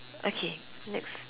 okay next